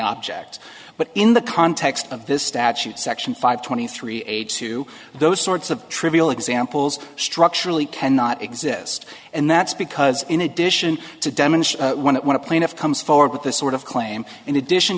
object but in the context of this statute section five twenty three age to those sorts of trivial examples structurally cannot exist and that's because in addition to demonstrate what a plaintiff comes forward with this sort of claim in addition